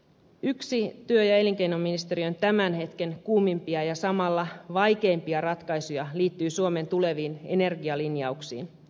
yksi työ ja elinkeinoministeriön tämän hetken kuumimpia ja samalla vaikeimpia ratkaisuja liittyy suomen tuleviin energialinjauksiin